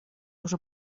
уже